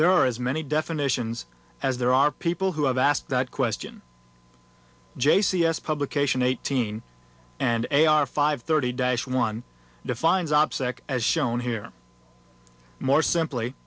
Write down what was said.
there are as many definitions as there are people who have asked that question j c s publication eighteen and a r five thirty day one defines opsec as shown here more simply